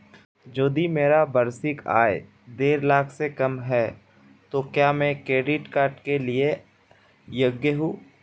यदि मेरी वार्षिक आय देढ़ लाख से कम है तो क्या मैं क्रेडिट कार्ड के लिए योग्य हूँ?